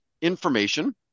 information